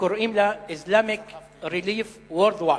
קוראים לה Islamic Relief Worldwide,